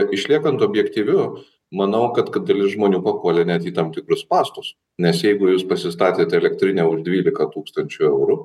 išliekant objektyviu manau kad dalis žmonių papuolė net į tam tikrus spąstus nes jeigu jūs pasistatėt elektrinę už dvylika tūkstančių eurų